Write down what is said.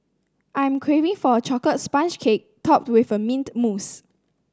I'm craving for a chocolate sponge cake topped with a mint mousse